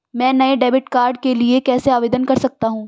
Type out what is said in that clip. मैं नए debit card के लिए कैसे आवेदन कर सकता हूँ?